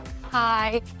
Hi